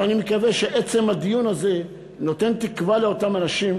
אבל אני מקווה שעצם הדיון הזה נותן תקווה לאותם אנשים,